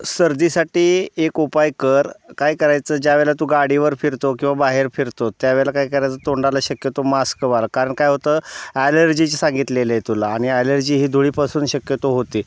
सर्दीसाठी एक उपाय कर काय करायचं ज्यावेळेला तू गाडीवर फिरतो किंवा बाहेर फिरतो त्यावेळेला काय करायचं तोंडाला शक्यतो मास्क वापर कारण काय होतं ॲलर्जीची सांगितलेले आहे तुला आणि ॲलर्जी ही धुळीपासून शक्यतो होते